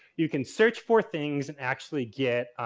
you can search for things and actually get.